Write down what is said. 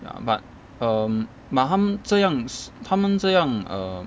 ya but um but 他们这样他们这样 err